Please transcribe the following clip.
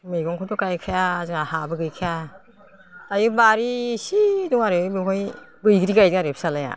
मैगंखौथ' गायखाया जोंहा हाबो गैखाया ओइ बारि इसे दङ आरो बेवहाय बैग्रि गायदों आरो फिसालाया